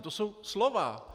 To jsou slova.